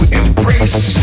embrace